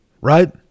right